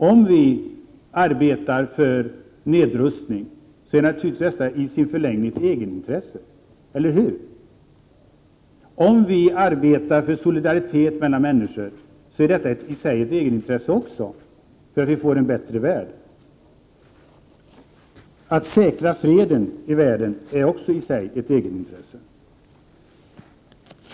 Om vi arbetar för nedrustning är detta naturligtvis i sin förlängning ett egenintresse — eller hur? Om vi arbetar för solidaritet mellan människor är detta också i sig ett egenintresse, därför att vi får en bättre värld. Att säkra freden i världen är också ett egenintresse.